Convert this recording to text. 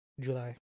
july